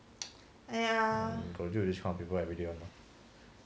hmm got to deal with this kind of people everyday [one] lah